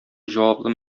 җаваплы